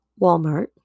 Walmart